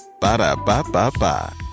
Ba-da-ba-ba-ba